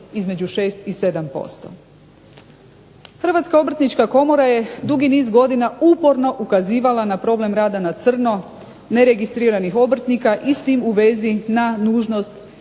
Hrvatska obrtnička komora je dugi niz godina uporno ukazivala na problem rada na crno neregistriranih obrtnika i s tim u vezi na nužnost